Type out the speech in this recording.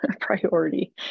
priority